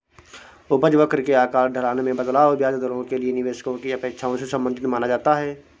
उपज वक्र के आकार, ढलान में बदलाव, ब्याज दरों के लिए निवेशकों की अपेक्षाओं से संबंधित माना जाता है